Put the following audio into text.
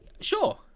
Sure